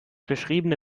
beschriebene